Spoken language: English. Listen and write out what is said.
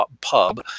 pub